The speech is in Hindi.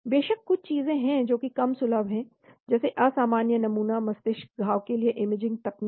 बेशक कुछ चीजें हैं जो कि कम सुलभ है जैसे असामान्य नमूना मस्तिष्क घाव के लिए इमेजिंग तकनीक